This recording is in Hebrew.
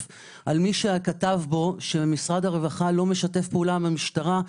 על מי שכתב בו שמשרד הרווחה לא משתף פעולה עם המשטרה.